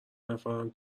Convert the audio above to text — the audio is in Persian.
نفرم